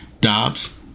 Dobbs